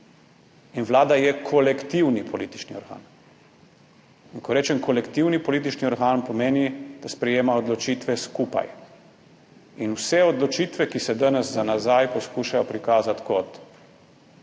In vlada je kolektivni politični organ. In ko rečem kolektivni politični organ, pomeni, da sprejema odločitve skupaj. In vse odločitve, ki se danes za nazaj poskušajo prikazati kot